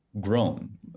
grown